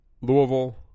Louisville